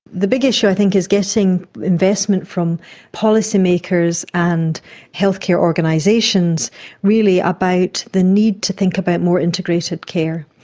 the big issue think is getting investment from policymakers and healthcare organisations really about the need to think about more integrated care,